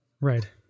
Right